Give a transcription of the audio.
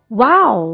wow